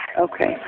Okay